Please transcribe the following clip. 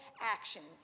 actions